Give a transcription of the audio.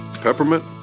peppermint